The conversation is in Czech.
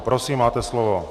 Prosím, máte slovo.